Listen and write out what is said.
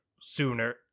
sooner